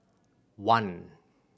one